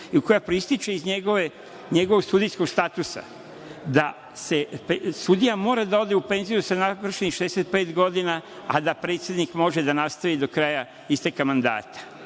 i koja proističe iz njegovog sudijskog statusa, da sudija mora da ode u penziju sa navršenih 65 godina, a da predsednik može da nastavi do kraja isteka mandata.